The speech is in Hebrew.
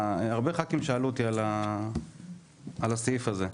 הרבה חברי כנסת שאלו אותי על הסעיף הזה.